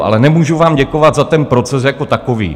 Ale nemůžu vám děkovat za ten proces jako takový.